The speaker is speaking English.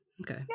Okay